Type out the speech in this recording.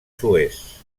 suez